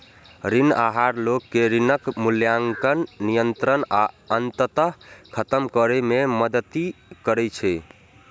ऋण आहार लोग कें ऋणक मूल्यांकन, नियंत्रण आ अंततः खत्म करै मे मदति करै छै